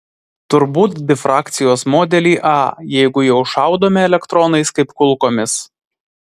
turbūt difrakcijos modelį a jeigu jau šaudome elektronais kaip kulkomis